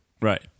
Right